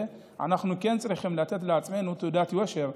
אנחנו כן צריכים לתת לעצמנו תעודת יושר,